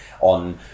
on